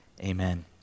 Amen